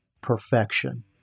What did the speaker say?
perfection